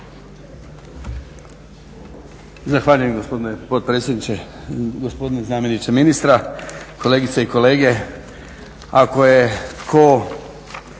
Zahvaljujem gospodine potpredsjedniče, gospodine zamjeniče ministra, kolegice i kolege.